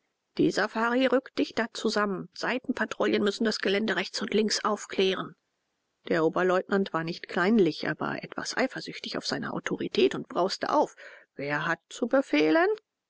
die safari rückt dichter zusammen seitenpatrouillen müssen das gelände rechts und links aufklären der oberleutnant war nicht kleinlich aber etwas eifersüchtig auf seine autorität und brauste auf wer hat zu befehlen